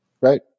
Right